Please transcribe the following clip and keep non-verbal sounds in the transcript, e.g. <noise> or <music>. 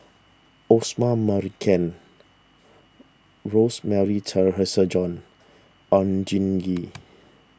Osman Merican Rosemary <unintelligible> Oon Jin Gee